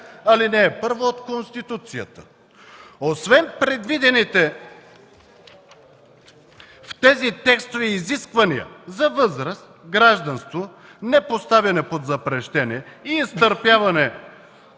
чл. 65, ал. 1 от Конституцията). Освен предвидените в тези текстове изисквания за възраст, гражданство, непоставяне под запрещение и неизтърпяване